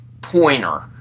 pointer